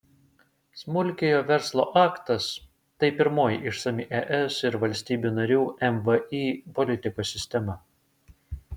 smulkiojo verslo aktas tai pirmoji išsami es ir valstybių narių mvį politikos sistema